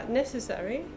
necessary